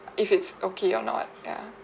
uh if it's okay or not ya